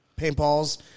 paintballs